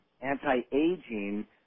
anti-aging